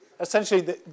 essentially